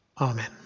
Amen